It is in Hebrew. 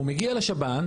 הוא מגיע לשב"ן.